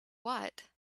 what